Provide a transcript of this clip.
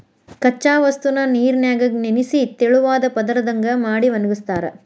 ಕಚ್ಚಾ ವಸ್ತುನ ನೇರಿನ್ಯಾಗ ನೆನಿಸಿ ತೆಳುವಾದ ಪದರದಂಗ ಮಾಡಿ ಒಣಗಸ್ತಾರ